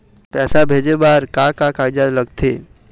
पैसा भेजे बार का का कागजात लगथे?